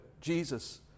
Jesus